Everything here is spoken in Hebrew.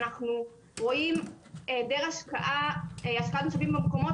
אנחנו רואים היעדר השקעה במשאבים במקומות